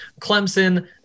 Clemson